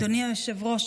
אדוני היושב-ראש,